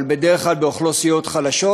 אבל בדרך כלל באוכלוסיות חלשות,